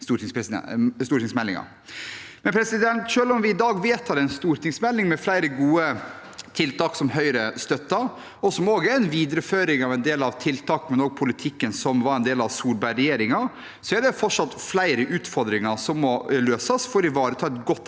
stortingsmeldingen. Selv om vi i dag vedtar en stortingsmelding med flere gode tiltak som Høyre støtter, og som også er en videreføring av en del av tiltakene og politikken som var en del av Solberg-regjeringen, er det fortsatt flere utfordringer som må løses for å ivareta et godt